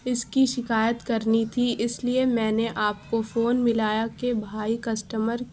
اس کی شکایت کرنی تھی اس لیے میں نے آپ کو فون ملایا کہ بھائی کسٹمر